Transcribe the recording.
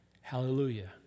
Hallelujah